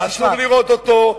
אסור לראות אותו.